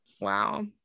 wow